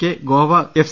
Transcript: K Goa F